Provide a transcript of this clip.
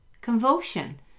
convulsion